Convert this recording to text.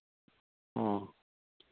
ᱦᱮᱸ